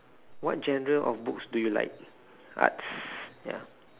what genre of books do you like arts ya